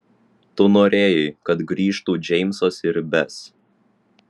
tu norėjai kad grįžtų džeimsas ir bes